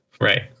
Right